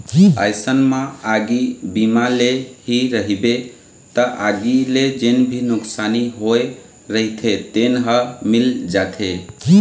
अइसन म आगी बीमा ले रहिबे त आगी ले जेन भी नुकसानी होय रहिथे तेन ह मिल जाथे